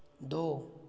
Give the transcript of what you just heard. ਦੋ